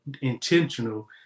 intentional